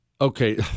okay